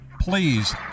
Please